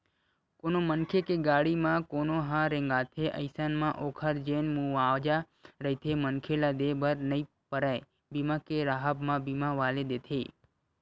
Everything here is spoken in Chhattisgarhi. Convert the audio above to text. कोनो मनखे के गाड़ी म कोनो ह रेतागे अइसन म ओखर जेन मुवाजा रहिथे मनखे ल देय बर नइ परय बीमा के राहब म बीमा वाले देथे